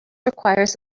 requires